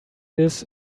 this